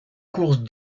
courses